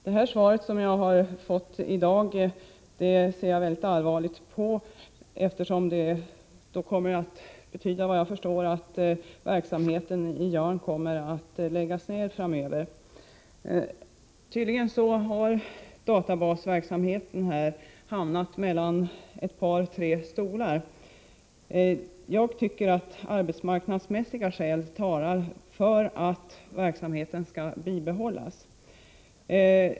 Det svar som jag har fått i dag ser jag allvarligt på, eftersom det enligt vad jag förstår innebär att verksamheten i Jörn kommer att läggas ned framöver. Tydligen har databasverksamheten hamnat mellan ett par tre stolar. Jag tycker emellertid att arbetsmarknadsmässiga skäl talar för att verksamheten skall bibehållas.